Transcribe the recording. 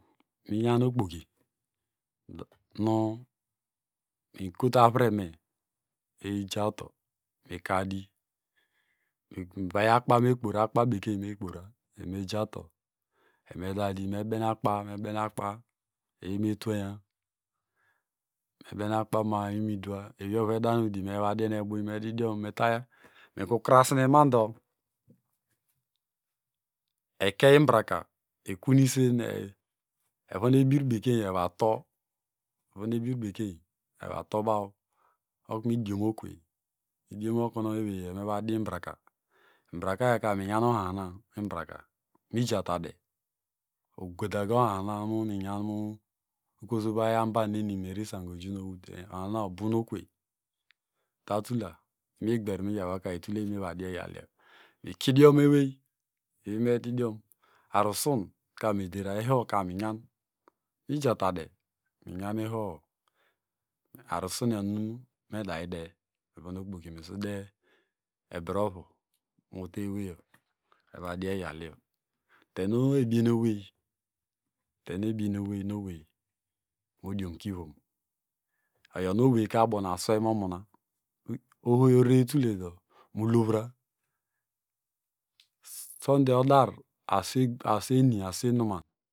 Minyanokpoki nu mikotu avreme eyijawto mekadi miveyi akpa bekeiyn mekpora enime jawto enimedadi mebeneakpa, mebeneakpa ewey metwanya mebene akpa ma- a inwimidwa ewiovu edanu di mero diereebuiyn medidiom mekru krasne mando ekey imbraka ekun isen evonebir bekeinyn evato evonu ebirbekeny evato evatobaw okunu idomokewey idiomokuno ewey mevo di imbraka imbrakayoka minyan ohahina mijatade ogada ohahina minyanu ikosuvay ambaneni mari sangoju nu owute ohahina obunokwey mitatula imigber miyawaka ituleinu eni movodi eyalyo mikidiomu ewey ewey medidiom arusun ka medera ihohoka miyan mijatade miyan ihoho arusinio nunu meda idem evonu okpoki mesude ebre ovu moteweyo mevadieyalio tenu ebienu owey tenuebienewey nu owey modiomke ivom oyonu owey kabonuaswey nu mumona ohoyo oreretuleso mu lovra sondi odar asweni aswenuman.